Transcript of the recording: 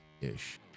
Ish